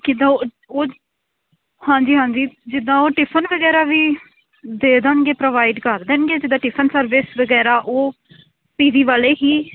ਕਿੱਦਾਂ ਉਹ ਹਾਂਜੀ ਹਾਂਜੀ ਜਿੱਦਾਂ ਉਹ ਟਿਫਨ ਵਗੈਰਾ ਵੀ ਦੇ ਦੇਣਗੇ ਪ੍ਰੋਵਾਈਡ ਕਰ ਦੇਣਗੇ ਜਿੱਦਾਂ ਟਿਫਨ ਸਰਵਿਸ ਵਗੈਰਾ ਉਹ ਪੀ ਜੀ ਵਾਲੇ ਹੀ